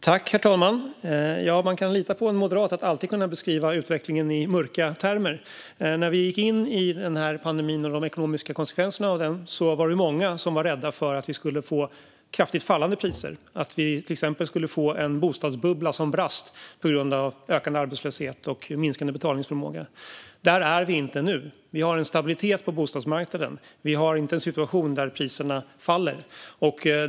Herr talman! Man kan lita på en moderat när det gäller att alltid kunna beskriva utvecklingen i mörka termer. När vi gick in i pandemin med dess ekonomiska konsekvenser var många rädda att vi skulle få kraftigt fallande priser, att vi till exempel skulle få en bostadsbubbla som brast på grund av ökande arbetslöshet och minskande betalningsförmåga. Där är vi inte nu. Vi har en stabilitet på bostadsmarknaden. Vi har inte en situation där priserna faller.